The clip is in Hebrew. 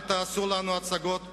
אל תעשו לנו הצגות,